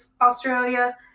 Australia